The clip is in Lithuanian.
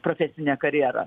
profesinę karjerą